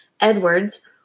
Edwards